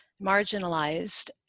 marginalized